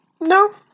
No